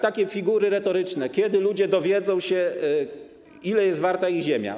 Takie figury retoryczne: Kiedy ludzie dowiedzą się, ile jest warta ich ziemia?